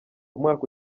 umwaka